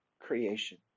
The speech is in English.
creation